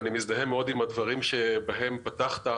אני מזדהה מאוד עם הדברים שבהם פתחת,